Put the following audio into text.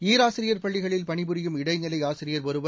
ஈராசிரியர் பள்ளிகளில் பணிபுரியும் இடைநிலை ஆசிரியர் ஒருவர்